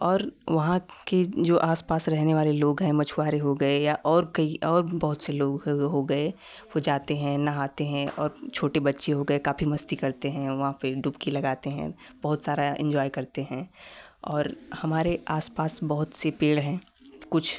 और वहाँ के जो आसपास रहने वाले लोग हैं मछुआरे हो गए या और कही और भी बहुत से लोग हो हो गए वो जाते हैं नहाते हैं और छोटे बच्चे हो गए काफ़ी मस्ती करते हैं वहाँ पे डुबकी लगाते हैं बहुत सारा इन्जॉय करते हैं और हमारे आसपास बहुत से पेड़ हैं कुछ